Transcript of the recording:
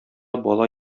бала